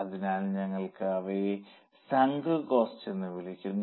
അതിനാൽ ഞങ്ങൾ അവയെ സങ്ക് കോസ്റ്റ് എന്ന് വിളിക്കുന്നു